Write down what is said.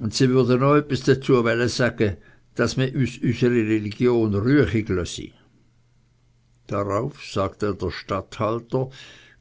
religion rüihig löy darauf sagte der statthalter